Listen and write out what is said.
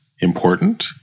important